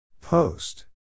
Post